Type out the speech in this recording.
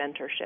mentorship